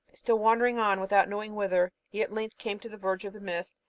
still wandering on without knowing whither, he at length came to the verge of the mist,